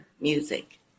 music